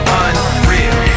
unreal